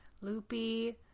loopy